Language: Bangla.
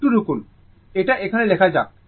একটু রুকুন এটা এখানে লেখা যাক